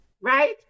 right